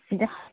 ꯁꯤꯗ